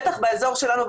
בטח באזור שלנו,